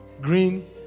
green